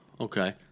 okay